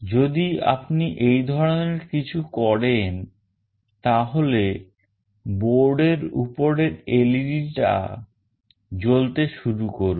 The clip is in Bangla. যদি আপনি এই ধরনের কিছু করেন তাহলে board এর উপরের LED টা জ্বলতে শুরু করবে